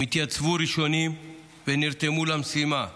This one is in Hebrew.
הם התייצבו ראשונים ונרתמו למשימה.